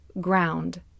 ground